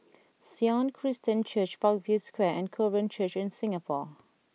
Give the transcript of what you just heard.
Sion Christian Church Parkview Square and Korean Church in Singapore